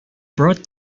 broad